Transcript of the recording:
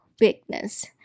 weakness